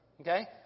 okay